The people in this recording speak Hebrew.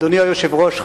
אדוני היושב-ראש,